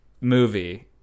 movie